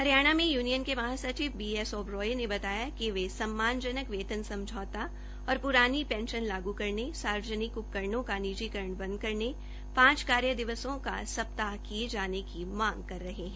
हरियाणा में यूनियन के महासचिव बी एस ओबराय ने बताया कि वे सम्मान जनक वेतन समझौता और पुरानी पैंशन लागु करने सार्वजनिक उपकरणों का निजिकरण बंद करने पांच कार्यदिवसों का सप्ताह किये जाने की मांग कर रहे है